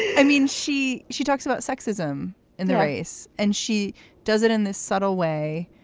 i mean, she she talks about sexism in the race and she does it in this subtle way.